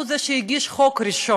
הוא זה שהגיש את החוק ראשון.